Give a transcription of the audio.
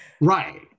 Right